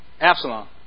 Absalom